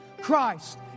Christ